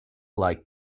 like